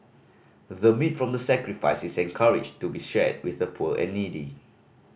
the meat from the sacrifice is encouraged to be shared with the poor and needy